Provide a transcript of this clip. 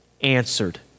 answered